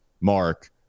Mark